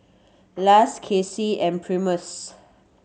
Lars Kacy and Primus